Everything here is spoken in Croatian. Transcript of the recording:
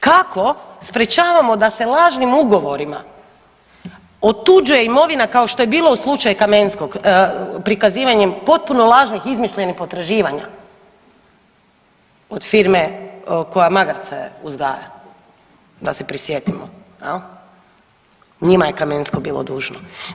Kako sprječavamo da se lažnim ugovorima otuđuje imovina kao što je bilo u slučaju Kamenskog prikazivanjem potpuno lažnih, izmišljenih potraživanja od firme koja magarce uzgaja da se prisjetimo jel, njima je Kamensko bilo dužno.